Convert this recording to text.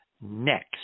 next